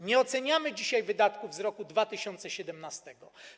Nie oceniamy dzisiaj wydatków z roku 2017.